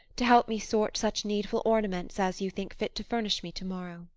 to help me sort such needful ornaments as you think fit to furnish me to-morrow?